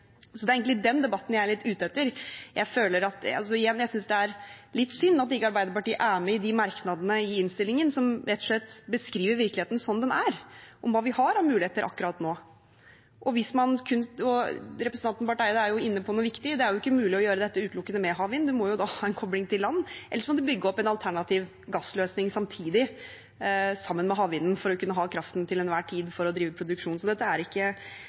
Så det er egentlig den debatten jeg er litt ute etter. Jeg synes det er litt synd at ikke Arbeiderpartiet er med i de merknadene i innstillingen som rett og slett beskriver virkeligheten som den er, hva vi har av muligheter akkurat nå. Representanten Barth Eide er jo inne på noe viktig, at det ikke er mulig å gjøre dette utelukkende med havvind, men at man må ha en kobling til land. Eller så må man bygge opp en alternativ gassløsning samtidig, sammen med havvinden, for til enhver tid å kunne ha kraften for å drive produksjon. Så dette er ikke